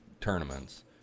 tournaments